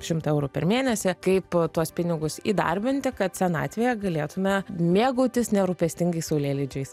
šimtą eurų per mėnesį kaip tuos pinigus įdarbinti kad senatvėje galėtume mėgautis nerūpestingais saulėlydžiais